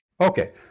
Okay